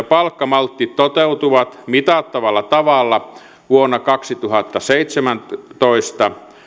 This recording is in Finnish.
palkkamaltti toteutuvat mitattavalla tavalla vuonna kaksituhattaseitsemäntoista